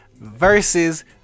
versus